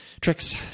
tricks